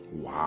Wow